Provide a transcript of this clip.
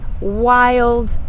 wild